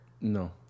No